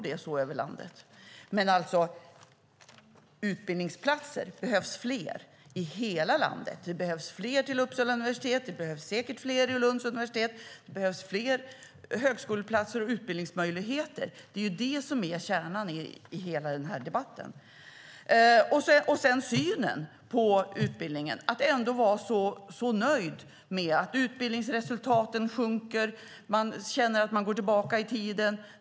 Det behövs fler utbildningsplatser i hela landet. Det behövs fler vid Uppsala universitet och säkert också vid Lunds universitet. Det behövs fler högskoleplatser och utbildningsmöjligheter. Det är kärnan i denna debatt. Sedan har vi synen på utbildningen - att vara så nöjd med att utbildningsresultaten sjunker. Det känns som om man går tillbaka i tiden.